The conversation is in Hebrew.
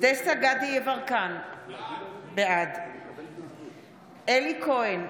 דסטה גדי יברקן, בעד אלי כהן,